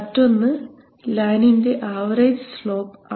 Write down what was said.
മറ്റൊന്ന് ലൈനിൻറെ average slope ആണ്